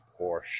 Porsche